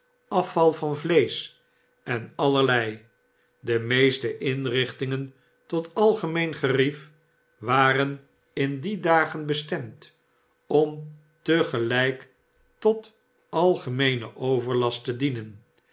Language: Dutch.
afval van vleesch en allerlei de meeste inrichtingen tot algemeen gerief waren in die dagen bestemd om te gelijk tot algemeenen overlast te dienen